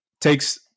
takes